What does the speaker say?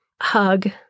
hug